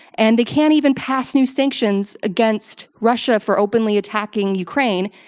and they can't even pass new sanctions against russia for openly attacking ukraine,